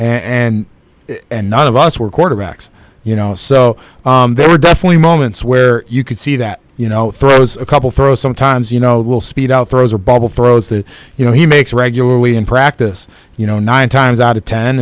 and and none of us were quarterbacks you know so there were definitely moments where you could see that you know throws a couple throw sometimes you know little speed out throws or bubble throws that you know he makes regularly in practice you know nine times out of ten